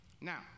Now